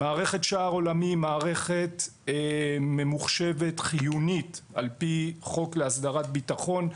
מערכת שער עולמי היא מערכת ממוחשבת חיונית על פי חוק להסדרת ביטחון.